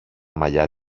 μαλλιά